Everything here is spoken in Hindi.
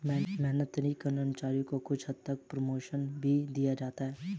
मेहनती कर्मचारी को कुछ हद तक प्रमोशन भी दिया जाता है